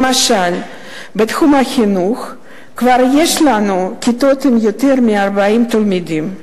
למשל בתחום החינוך כבר יש לנו כיתות עם יותר מ-40 תלמידים.